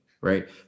Right